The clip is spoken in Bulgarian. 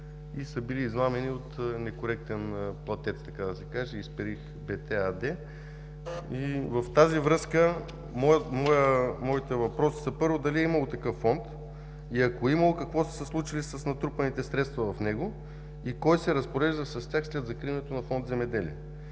и са били измамени от некоректен платец, така да се каже – „Исперих БТ“ АД. В тази връзка моите въпроси са: първо, дали е имало такъв фонд и ако е имало, какво са е случило с натрупаните средства в него? Кой се разпорежда с тях след закриването на Фонд „Земеделие“?